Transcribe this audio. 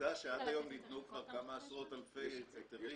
עובדה שעד היום ניתנו כבר כמה עשרות אלפי היתרים.